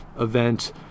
event